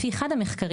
לפי אחד המחקרים,